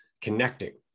connecting